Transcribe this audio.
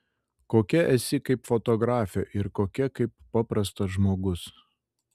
kokia esi kaip fotografė ir kokia kaip paprastas žmogus